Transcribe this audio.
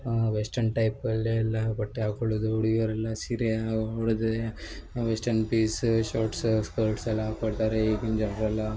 western ಟೈಪಲ್ಲೇ ಎಲ್ಲರು ಬಟ್ಟೆ ಹಾಕೊಳ್ಳುದು ಹುಡುಗ್ಯರ ಎಲ್ಲಾ ಸೀರೆ ಉಳುದ್ರೆ ವೆಸ್ಟೆರ್ನ್ ಪೀಸು ಶರ್ಟ್ಸು ಸ್ಕರ್ಟ್ಸ್ ಎಲ್ಲಾ ಹಾಕೊಳ್ತಾರೆ ಈಗಿನ ಜನರೆಲ್ಲ